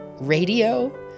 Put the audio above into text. radio